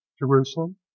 Jerusalem